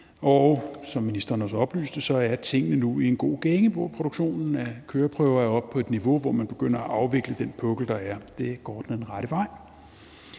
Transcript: og som ministeren også oplyste, er tingene nu i en god gænge, hvor produktionen af køreprøver er oppe på et niveau, hvor man begynder at afvikle den pukkel, der er. Det går den rette vej.